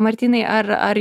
martynai ar ar